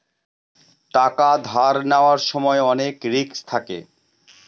টাকা ধার নেওয়ার সময় অনেক রিস্ক থাকে